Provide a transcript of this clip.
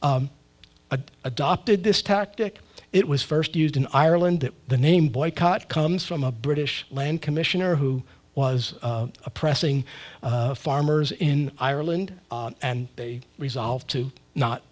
a adopted this tactic it was first used in ireland that the name boycott comes from a british land commissioner who was oppressing farmers in ireland and they resolved to not